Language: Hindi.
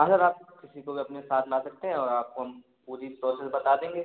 अगर आप किसी को भी अपने साथ ला सकते हैं और आपको हम पूरा प्रौसेस बता देंगे